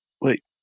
Wait